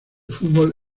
fútbol